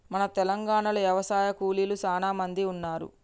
మన తెలంగాణలో యవశాయ కూలీలు సానా మంది ఉన్నారు